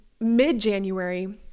mid-January